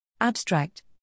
Abstract